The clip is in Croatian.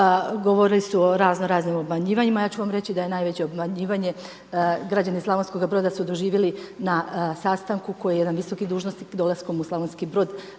Govorili su o razno raznim obmanjivanjima. Ja ću vam reći da je najveće obmanjivanje građani Slavonskoga Broda su doživjeli na sastanku koji je jedan visoki dužnosnik dolaskom u Slavonski Brod